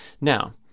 Now